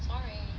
sorry